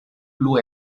plu